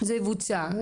זה יבוצע.